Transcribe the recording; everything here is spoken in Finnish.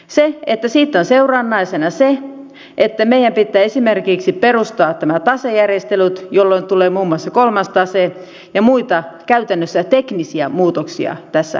siitä on seurannaisena se että meidän pitää esimerkiksi perustaa nämä tasejärjestelyt jolloin tulee muun muassa kolmas tase ja muita käytännössä teknisiä muutoksia tähän asiaan